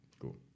Cool